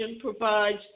provides